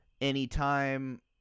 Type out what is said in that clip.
Anytime